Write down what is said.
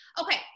okay